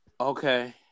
Okay